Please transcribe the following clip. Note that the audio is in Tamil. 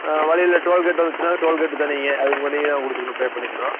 வழியில டோல் கேட்டு வந்துச்சுன்னா டோல் கேட் தனிங்க அதுக்கு உங்கள் நீங்கள் தான் கொடுத்துக்குணும் பே பண்ணிக்கணும்